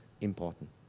important